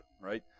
right